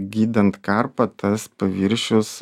gydant karpą tas paviršius